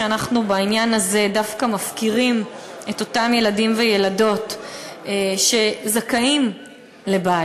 היא שבעניין הזה אנחנו דווקא מפקירים את אותם ילדים וילדות שזכאים לבית,